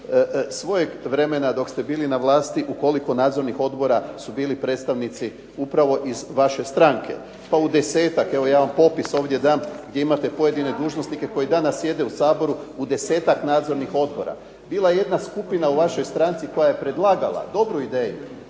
svojeg vremena dok ste bili na vlasti u koliko nadzornih odbora su bili predstavnici upravo iz vaše stranke. Pa u desetak, evo ja vam popis ovdje dam gdje imate pojedine dužnosnike koji danas sjede u Saboru, u desetak nadzornih odbora. Bila je jedna skupina u vašoj stranci koja je predlagala dobru ideju,